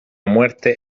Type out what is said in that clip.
muerte